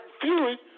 Fury